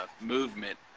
movement